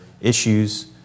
issues